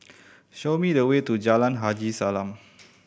show me the way to Jalan Haji Salam